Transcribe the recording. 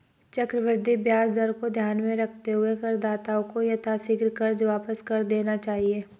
चक्रवृद्धि ब्याज दर को ध्यान में रखते हुए करदाताओं को यथाशीघ्र कर्ज वापस कर देना चाहिए